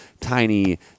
tiny